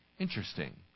interesting